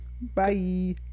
Bye